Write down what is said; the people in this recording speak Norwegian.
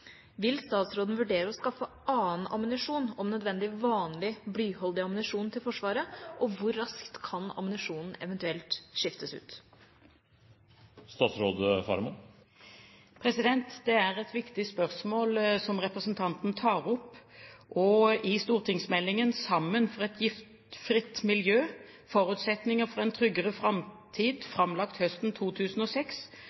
Vil statsråden vurdere å anskaffe annen ammunisjon, om nødvendig vanlig blyholdig ammunisjon, til Forsvaret, og hvor raskt kan ammunisjonen eventuelt erstattes?» Det er et viktig spørsmål representanten tar opp. I stortingsmeldingen Sammen for et giftfritt miljø – forutsetninger for en tryggere